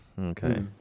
okay